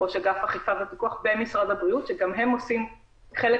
ראש אגף האכיפה והפיקוח במשרד הבריאות שגם הם עושים חלק